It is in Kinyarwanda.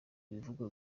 bivugwa